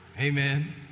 Amen